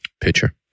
Pitcher